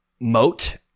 moat